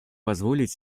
позволить